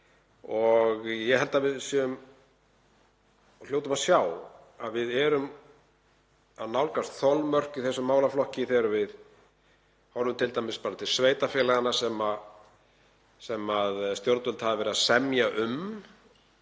Ég held að við hljótum að sjá að við erum að nálgast þolmörk í þessum málaflokki þegar við horfum t.d. bara til sveitarfélaganna sem stjórnvöld hafa verið að semja við